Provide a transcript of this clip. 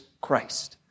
Christ